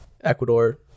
Ecuador